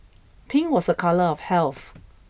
pink was a colour of health